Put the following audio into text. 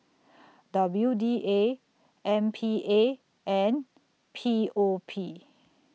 W D A M P A and P O P